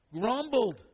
Grumbled